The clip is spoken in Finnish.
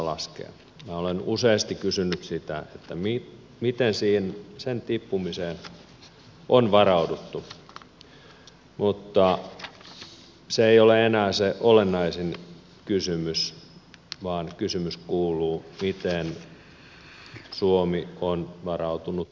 minä olen useasti kysynyt sitä miten sen tippumiseen on varauduttu mutta se ei ole enää se olennaisin kysymys vaan kysymys kuuluu miten suomi on varautunut euron hajoamiseen